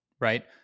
right